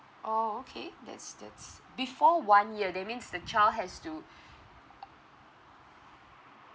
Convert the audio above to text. oh okay that's that's before one year that means the child has to uh